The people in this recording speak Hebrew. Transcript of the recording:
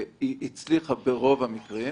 היא הצליחה ברור המקרים,